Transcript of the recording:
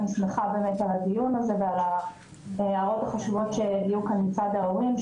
אני שמחה באמת על הדיון הזה ועל ההערות החשובות שעלו כאן מצד ההורים.